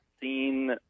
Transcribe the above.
seen